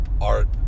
art